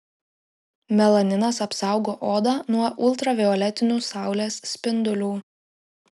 melaninas apsaugo odą nuo ultravioletinių saulės spindulių